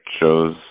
shows